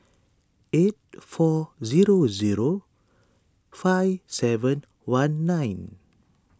eight four zero zero five seven one nine